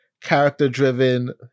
character-driven